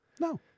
No